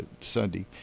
Sunday